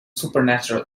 supernatural